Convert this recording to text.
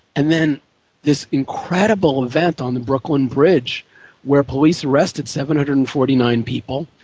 and then this incredible event on the brooklyn bridge where police arrested seven hundred and forty nine people,